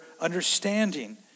understanding